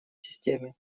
системе